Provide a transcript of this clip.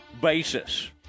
basis